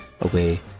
away